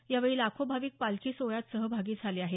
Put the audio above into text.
यावेळी लाखो भाविक पालखी सोहळ्यात सहभागी झाले आहेत